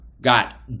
got